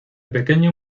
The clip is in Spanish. pequeño